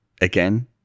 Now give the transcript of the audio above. Again